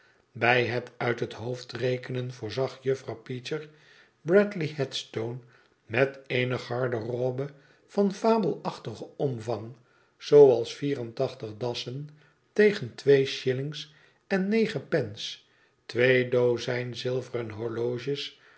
bij het uit het hoofd rekenen voorzag juffrouw peecher bradley headstone met eene garderobe van fabelachtigen omvangt zooals vier en tachtig dassen tegen twee shillings en negen pence twee dozijn zilveren horloges